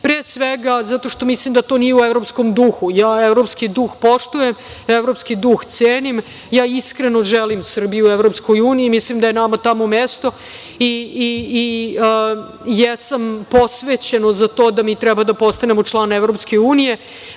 pre svega zato što mislim da to nije u evropskom duhu. Ja evropski duh poštujem, evropski duh cenim, ja iskreno želim Srbiju Evropskoj uniji i mislim da je nama tamo mesto i jesam posvećeno za to da mi treba da postanemo član EU, verujem